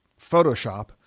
Photoshop